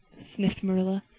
sniffed marilla.